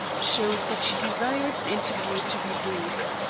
showed that she desired the interview to be brief.